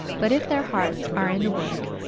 but if their hearts are in the work,